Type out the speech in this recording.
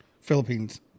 philippines